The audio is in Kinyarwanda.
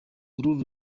uru